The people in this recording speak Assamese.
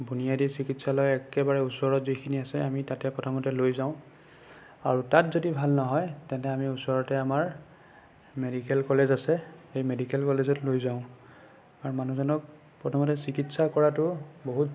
বুনিয়াদি চিকিৎসালয় একেবাৰে ওচৰত যিখিনি আছে আমি তাতে প্ৰথমতে লৈ যাওঁ আৰু তাত যদি ভাল নহয় তেন্তে আমি ওচৰতে আমাৰ মেডিকেল কলেজ আছে সেই মেডিকেল কলেজত লৈ যাওঁ আৰু মানুহজনক প্ৰথমতে চিকিৎসা কৰাটো বহুত